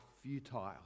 futile